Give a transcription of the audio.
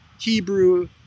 Hebrew